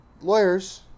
lawyers